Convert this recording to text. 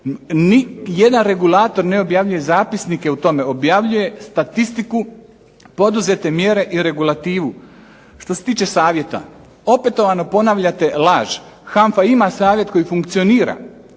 jedan regulator ne objavljuje zapisnike o tome, objavljuje statistiku, poduzete mjere i regulativu. Što se tiče savjeta, opetovano ponavljate laže, HANFA ima savjet koji funkcionira,